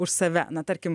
už save na tarkim